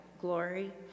glory